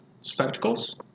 spectacles